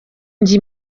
njye